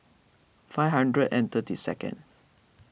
five hundred and thirty second